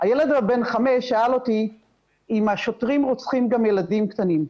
הילד בן חמש שאל אותי אם השוטרים רוצחים גם ילדים קטנים.